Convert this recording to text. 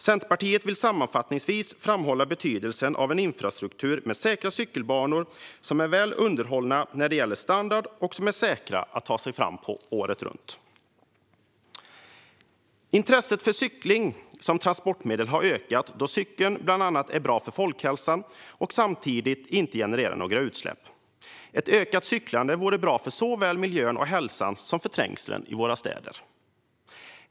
Centerpartiet vill sammanfattningsvis framhålla betydelsen av en infrastruktur med säkra cykelbanor som är väl underhållna när det gäller standard och som är säkra att ta sig fram på året runt. Intresset för cykling som transportmedel har ökat då cykeln är bra för bland annat folkhälsan samtidigt som den inte genererar några utsläpp. Ett ökat cyklande vore bra för såväl miljön och hälsan som för trängseln i våra städer.